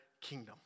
kingdom